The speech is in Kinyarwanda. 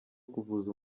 kuvuza